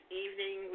evening